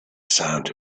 sound